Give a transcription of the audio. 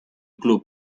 club